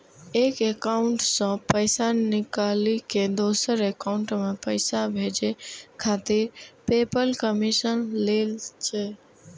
एक एकाउंट सं पैसा निकालि कें दोसर एकाउंट मे पैसा भेजै खातिर पेपल कमीशन लै छै